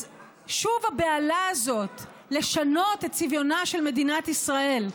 אז שוב הבהלה הזאת לשנות את צביונה של מדינת ישראל.